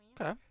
Okay